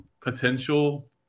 potential